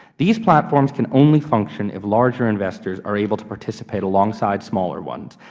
these platforms can only function if larger investors are able to participate alongside smaller ones.